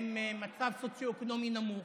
במצב סוציו-אקונומי נמוך,